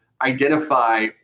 identify